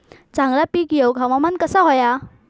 चांगला पीक येऊक हवामान कसा होया?